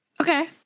Okay